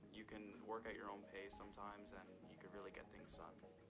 you can work at your own pace sometimes, and you could really get things done.